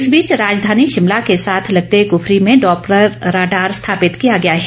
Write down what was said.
इस बीच राजधानी शिमला के साथ लगते कुफरी में डॉप्लर राडार स्थापित किया गया है